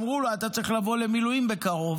אמרו לו: אתה צריך לבוא למילואים בקרוב,